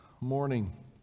morning